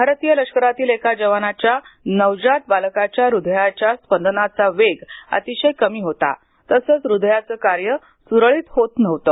भारतीय लष्करातील एका जवानांच्या नवजात बालकाच्या हृदयाच्या स्पंदनच वेग अतिशय कमी होता तसंच हृदयाचं कार्य सुरळीत होत नव्हतं